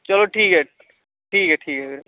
चलो ठीक ऐ ठीक ऐ वीर